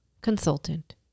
Consultant